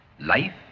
life